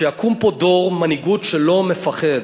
שיקום פה דור מנהיגות שלא מפחד.